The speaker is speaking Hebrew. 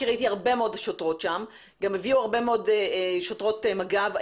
ראיתי הרבה מאוד שוטרות שם וגם הביאו הרבה מאוד שוטרות מג"ב.